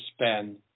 spend